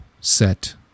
set